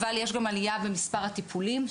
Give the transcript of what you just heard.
אבל יש גם עלייה במספר הטיפולים,